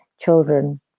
children